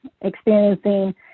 experiencing